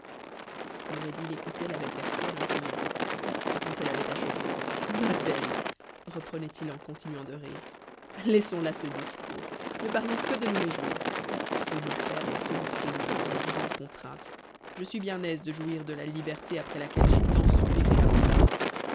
noureddin écoutait la belle persienne en riant et quand elle avait achevé ma belle reprenait-il en continuant de rire laissons là ce discours ne parlons que de nous réjouir feu mon père m'a toujours tenu dans une grande contrainte je suis bien aise de jouir de la liberté tptës laquelle j'ai tant soupiré avant sa mort